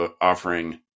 offering